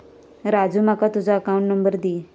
राजू माका तुझ account number दी